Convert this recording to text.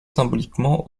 symboliquement